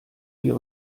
wir